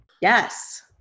Yes